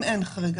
אם אין חריג,